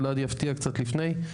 אולי עוד נפתיע קצת לפני.